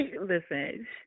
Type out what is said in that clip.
listen